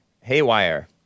Haywire